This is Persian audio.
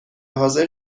حاضر